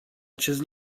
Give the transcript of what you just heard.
acest